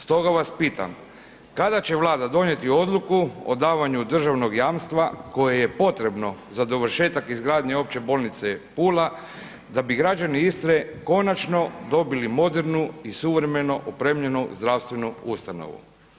Stoga vas pitam, kada će Vlada donijeti odluku o davanju državnog jamstva koje je potrebno za dovršetak izgradnje opće bolnice Pula da bi građani Istre konačno dobili modernu i suvremeno opremljenu zdravstvenu ustanovu.